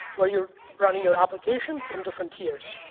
where you're running your applications in different tiers.